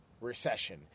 recession